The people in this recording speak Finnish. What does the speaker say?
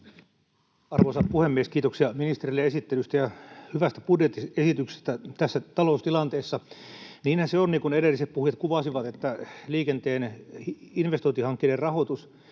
Arvoisa puhemies! Kiitoksia ministerille esittelystä ja hyvästä budjettiesityksestä tässä taloustilanteessa. Niinhän se on, niin kuin edelliset puhujat kuvasivat, että liikenteen investointihankkeiden rahoitus